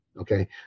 Okay